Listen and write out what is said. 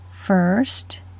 first